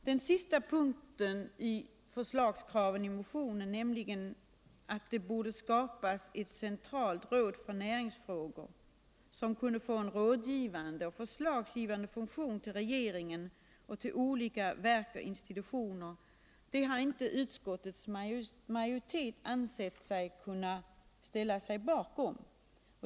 Den sista punkten i förslagskraven 1 motionen, nämligen att det borde skapas ett centralt råd för näringsfrågor som kunde få en rådgivande och förslagsgivande funktion till regeringen och till olika verk och institutioner, har inte utskottets majoritet ansett sig kunna ställa sig bakom.